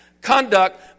conduct